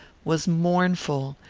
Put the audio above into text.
was mournful,